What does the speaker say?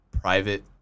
private